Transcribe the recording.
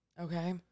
Okay